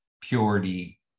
purity